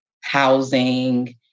housing